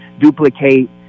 duplicate